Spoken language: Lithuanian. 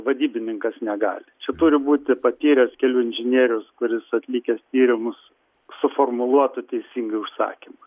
vadybininkas negali čia turi būti patyręs kelių inžinierius kuris atlikęs tyrimus suformuluotų teisingai užsakymą